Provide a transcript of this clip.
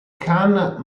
khan